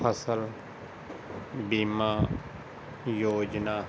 ਫਸਲ ਬੀਮਾ ਯੋਜਨਾ